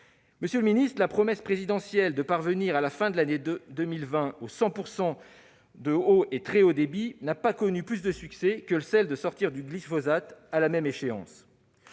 Monsieur le secrétaire d'État, la promesse présidentielle de parvenir à la fin de l'année 2020 au 100 % de haut et très haut débit n'a pas connu plus de succès que celle de sortir du glyphosate à la même échéance.